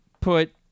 put